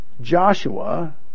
Joshua